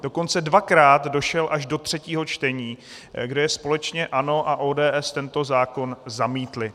Dokonce dvakrát došel až do třetího čtení, kde společně ANO a ODS tento zákon zamítly.